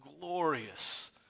glorious